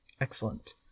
Excellent